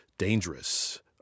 dangerous